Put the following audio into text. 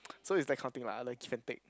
so is that counting like other can take